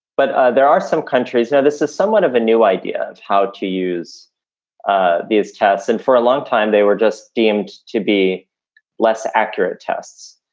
but there are some countries this is somewhat of a new idea of how to use ah these tests. and for a long time, they were just deemed to be less accurate tests.